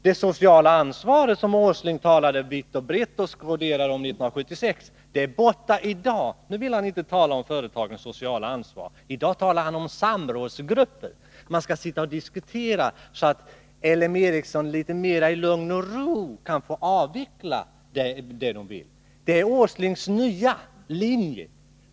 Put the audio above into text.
Det sociala ansvar som Nils Åsling skroderade om 1976 är borta i dag! Nu vill han inte tala om företagens sociala ansvar. I dag talar han om samrådsgrupper. Där skall man sitta och diskutera, så att L M Ericsson litet mer i lugn och ro kan få avveckla det man vill. Det är Nils Åslings nya linje!